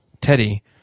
Teddy